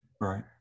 right